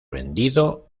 vendido